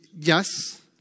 Yes